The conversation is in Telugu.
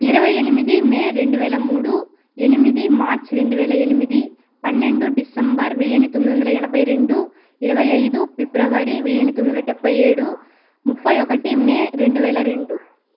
ఇరవై ఎనిమిది మే రెండు వేల మూడు ఎనిమిది మార్చ్ రెండువేల ఎనిమిది పన్నెండు డిసెంబర్ వేయిన్ని తొమ్మిదొందల ఎనభై రెండు ఇరవై ఐదు పిబ్రవరి వేయిన్ని తొమ్మిదొందల డెబ్బై ఏడు ముప్పై ఒకటి మే రెండు వేల రెండు